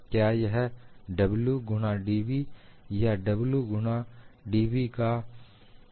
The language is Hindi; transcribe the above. क्या यह w गुणा dv या w गुणा dv का ½ है